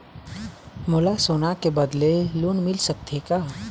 मोला सोना के बदले लोन मिल सकथे का?